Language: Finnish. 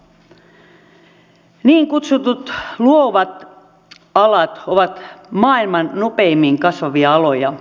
niin kutsutut luovat alat ovat maailman nopeimmin kasvavia aloja